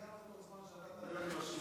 תן לה גם את אותו הזמן שנתת ליוני מישרקי,